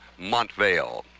Montvale